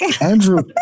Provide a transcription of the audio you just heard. Andrew